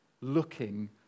looking